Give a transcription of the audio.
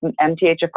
MTHFR